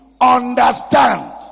understand